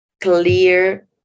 clear